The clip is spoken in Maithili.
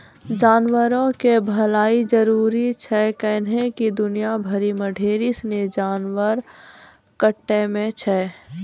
जानवरो के भलाइ जरुरी छै कैहने कि दुनिया भरि मे ढेरी सिनी जानवर कष्टो मे छै